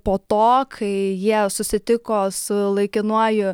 po to kai jie susitiko su laikinuoju